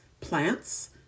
plants